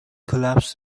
collapsed